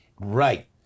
Right